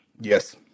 Yes